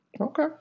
Okay